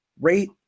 rate